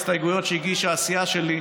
להסתייגויות שהגישה הסיעה שלי.